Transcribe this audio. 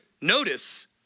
Notice